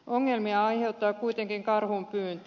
ongelmia aiheuttaa kuitenkin karhunpyynti